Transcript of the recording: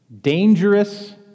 dangerous